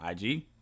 Ig